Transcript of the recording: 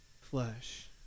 flesh